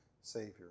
Savior